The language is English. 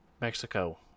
Mexico